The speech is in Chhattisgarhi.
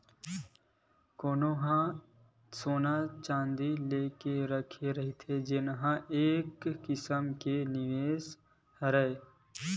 कोनो ह सोना चाँदी लेके रखे रहिथे जेन ह एक किसम के निवेस हरय